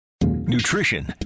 Nutrition